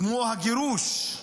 כמו הגירוש,